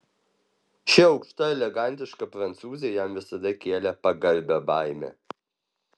ši aukšta elegantiška prancūzė jam visada kėlė pagarbią baimę